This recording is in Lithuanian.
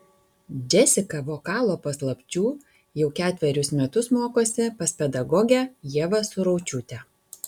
džesika vokalo paslapčių jau ketverius metus mokosi pas pedagogę ievą suraučiūtę